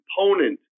component